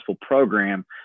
program